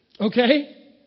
Okay